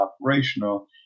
operational